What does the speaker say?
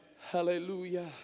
Hallelujah